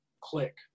Click